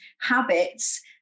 habits